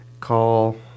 call